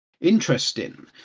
Interesting